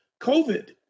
COVID